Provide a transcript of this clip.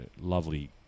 lovely